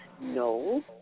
No